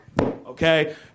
Okay